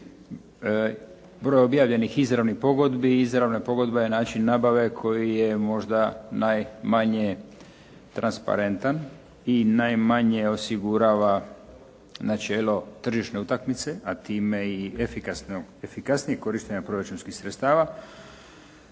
broj objavljenih izravnih pogodbi i izravna je pogodba način nabave koji je možda najmanje transparentan i najmanje osigurava načelo tržišne utakmice, a time i efikasnijeg korištenja proračunskih sredstava,